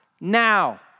now